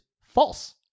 false